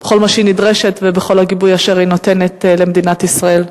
בכל מה שהיא נדרשת ובכל הגיבוי אשר היא נותנת למדינת ישראל.